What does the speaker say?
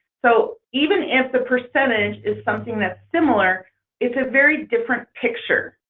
so even if the percentage is something that's similar it's a very different picture.